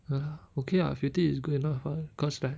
ya lah okay ah fifty is good enough [what] cause like